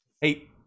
Hey